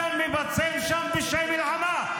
אתם מבצעים שם פשעי מלחמה.